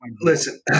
listen